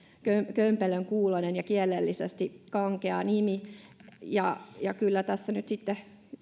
kömpelön kuuloinen ja kielellisesti kankea nimi kyllä tässä nyt sitten